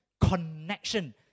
connection